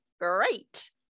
great